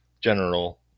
general